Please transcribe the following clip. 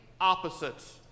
opposites